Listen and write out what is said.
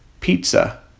pizza